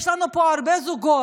יש לנו פה הרבה זוגות,